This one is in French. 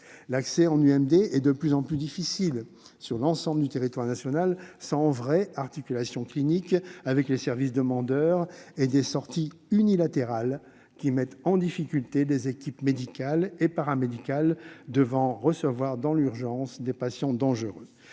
L'accès aux UMD est de plus en plus difficile sur l'ensemble du territoire national. L'articulation clinique avec les services demandeurs est lacunaire et les sorties unilatérales mettent en difficulté les équipes médicales et paramédicales, lorsque celles-ci doivent recevoir dans l'urgence des patients dangereux.